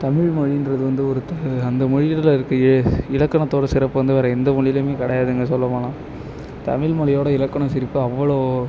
தமிழ் மொழின்றது வந்து ஒரு அந்த மொழியில இருக்க இ இலக்கணத்தோட சிறப்பு வந்து வேற எந்த மொழியிலையுமே கிடையாதுங்க சொல்லப்போனால் தமிழ் மொழியோட இலக்கண சிறப்பு அவ்வளோ